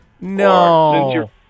No